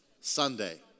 Sunday